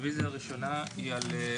ויש לך